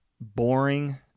boring